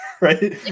right